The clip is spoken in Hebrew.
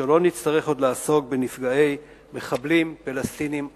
ולא נצטרך עוד לעסוק בנפגעי מחבלים פלסטינים ארורים.